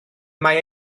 mae